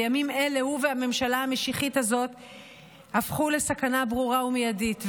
בימים אלה הוא והממשלה המשיחית הזאת הפכו לסכנה ברורה ומיידית.